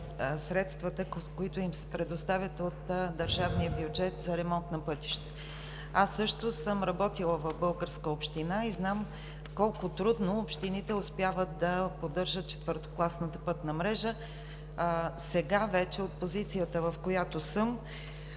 средствата, които им се предоставят от държавния бюджет за ремонт на пътища. Аз също съм работила в българска община и знам колко трудно общините успяват да поддържат четвъртокласната пътна мрежа. Сега вече от позицията, на която съм,